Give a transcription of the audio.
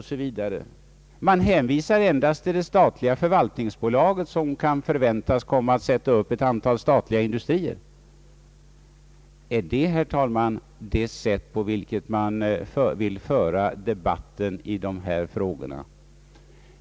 Det hänvisas i utskottsutlåtandet endast till det statliga förvaltningsbolaget som kan förväntas komma att sätta upp ett antal staliga industrier. Är det, herr talman, det sätt på vilket man vill föra debatten i dessa frågor?